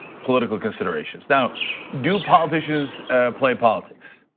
political considerations, now do politicians play politics?